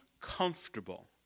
comfortable